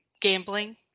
gambling